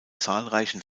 zahlreichen